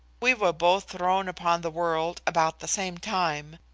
we were both thrown upon the world about the same time.